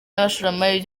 n’abashoramari